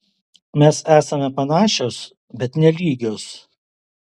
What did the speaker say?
mes esame panašios bet ne lygios